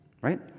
right